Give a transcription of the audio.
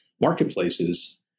marketplaces